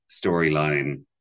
storyline